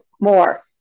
more